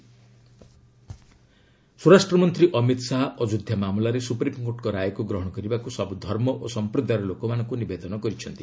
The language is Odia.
ଭରଡିଟ୍ ରିଆକ୍ସନ୍ ସ୍ୱରାଷ୍ଟ୍ର ମନ୍ତ୍ରୀ ଅମିତ ଶାହା ଅଯୋଧ୍ୟା ମାମଲାରେ ସୁପ୍ରିମ୍କୋର୍ଟଙ୍କ ରାୟକୁ ଗ୍ରହଣ କରିବାକୁ ସବୁ ଧର୍ମ ଓ ସମ୍ପ୍ରଦାୟର ଲୋକମାନଙ୍କୁ ନିବେଦନ କରିଛନ୍ତି